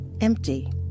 empty